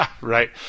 Right